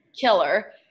Killer